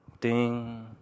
Ding